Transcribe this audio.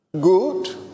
Good